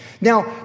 Now